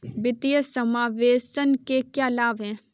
वित्तीय समावेशन के क्या लाभ हैं?